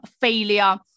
failure